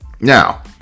Now